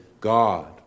God